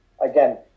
Again